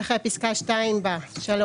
אחרי פסקה (2), יבוא: (3)